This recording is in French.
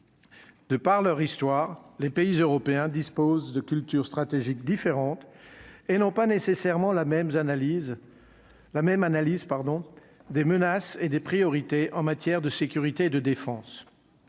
De par leur histoire, les pays européens disposent de culture stratégique différente et non pas nécessairement la même analyse la même analyse, pardon, des menaces et des priorités en matière de sécurité et de défense,